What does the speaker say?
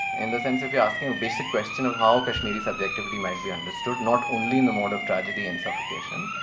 in the sense if you're asking a basic question of how kashmiri subjectivity might be understood, not only in the mode of tragedy and suffocation,